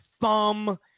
thumb